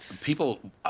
people